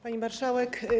Pani Marszałek!